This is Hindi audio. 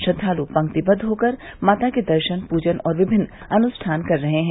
श्रद्वाल् पंक्तिबद्द होकर माता के दर्शन पूजन और विभिन्न अनुष्ठान कर रहे हैं